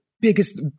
Biggest